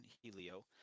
helio